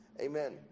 Amen